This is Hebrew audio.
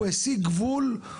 הוא הסיג גבול,